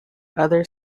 other